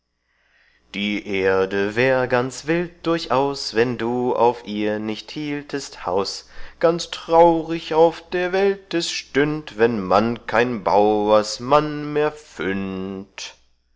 die erde wär ganz wild durchaus wann du auf ihr nicht hieltest haus ganz traurig auf der welt es stünd wann man kein bauersmann mehr